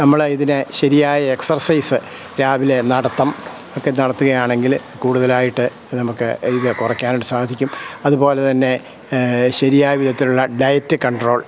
നമ്മൾ ഇതിന് ശരിയായ എക്സർസൈസ് രാവിലെ നടത്തം ഒക്കെ നടത്തുകയാണെങ്കിൽ കൂടുതലായിട്ട് നമുക്ക് ഇതു കുറക്കാൻ സാധിക്കും അതുപോലെതന്നെ ശരിയായവിധത്തിലുള്ള ഡയറ്റ് കണ്ട്രോൾ